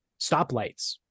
stoplights